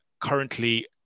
currently